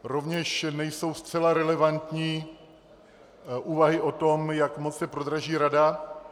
Rovněž nejsou zcela relevantní úvahy o tom, jak moc se prodraží rada.